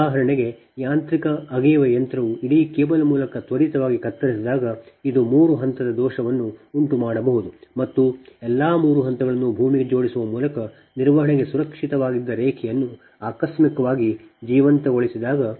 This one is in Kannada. ಉದಾಹರಣೆಗೆ ಯಾಂತ್ರಿಕ ಅಗೆಯುವ ಯಂತ್ರವು ಇಡೀ ಕೇಬಲ್ ಮೂಲಕ ತ್ವರಿತವಾಗಿ ಕತ್ತರಿಸಿದಾಗ ಇದು ಮೂರು ಹಂತದ ದೋಷವನ್ನು ಉಂಟುಮಾಡಬಹುದು ಮತ್ತು ಎಲ್ಲಾ ಮೂರು ಹಂತಗಳನ್ನು ಭೂಮಿಗೆ ಜೋಡಿಸುವ ಮೂಲಕ ನಿರ್ವಹಣೆಗೆ ಸುರಕ್ಷಿತವಾಗಿದ್ದ ರೇಖೆಯನ್ನು ಆಕಸ್ಮಿಕವಾಗಿ ಜೀವಂತಗೊಳಿಸಿದಾಗ